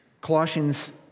Colossians